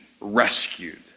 rescued